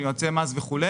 יועצי מס וכו',